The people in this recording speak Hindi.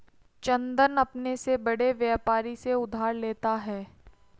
चंदन अपने से बड़े व्यापारी से उधार लेता है